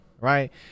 right